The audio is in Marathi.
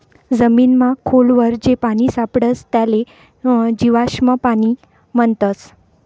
जमीनमा खोल वर जे पानी सापडस त्याले जीवाश्म पाणी म्हणतस